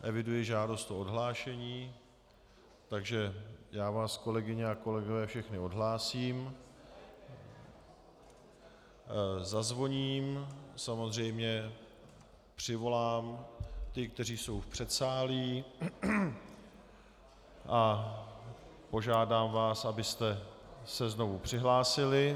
Eviduji žádost o odhlášení, takže vás, kolegyně a kolegové, všechny odhlásím, zazvoním , samozřejmě přivolám ty, kteří jsou v předsálí, a požádám vás, abyste se znovu přihlásili.